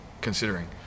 considering